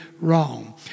wrong